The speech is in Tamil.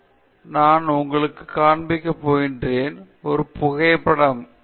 அடுத்த உதாரணம் நான் உங்களுக்கு காண்பிக்க போகிறேன் ஒரு புகைப்படம்